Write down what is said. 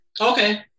okay